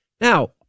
Now